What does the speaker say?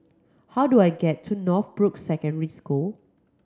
how do I get to Northbrooks Secondary School